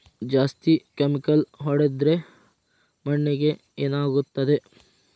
ಜಾಸ್ತಿ ಕೆಮಿಕಲ್ ಹೊಡೆದ್ರ ಮಣ್ಣಿಗೆ ಏನಾಗುತ್ತದೆ?